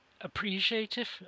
appreciative